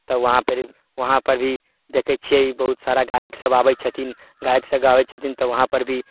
तऽ वहाँ पर वहाँ पर भी देखै छियै बहुत सारा गायक सब आबै छथिन गायक सब आबै छथिन तब वहाँ पर भी